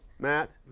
matt,